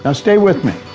ah stay with me.